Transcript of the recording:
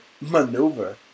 maneuver